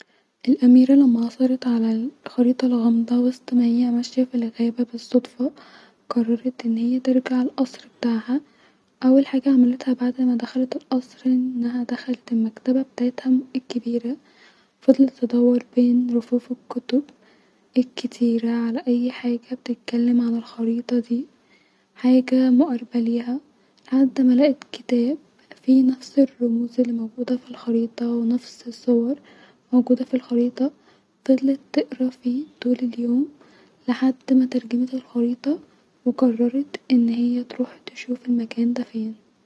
الاميره لما عثرت-علي الخريطه الغامضه وسط ما هي ماشيه في الغابه-بالصدفه-ققرت ان هي ترجع القصر بتاعها-اول حاجه عملتها بعد ما دخلت القصر -انها- دخلت المكتبه بتاعتها الكبيره-وفضلت تدور بين رفوف الكتب-الكتيره عن اي حاجه بتتكلم عن-خريطه دي-حاجه مقاربه ليها لحد ما لقت كتاب فيه نفس الرموز الي موجوده في الخريطه-ونفس الصور-موجوده في الخريطه-فضلت تقرا فيه طول اليوم -لحد ما ترجمت الخريطه-وقررت انها تروح تشوف المكان دا فين